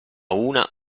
una